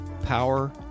power